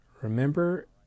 Remember